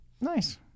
Nice